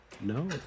no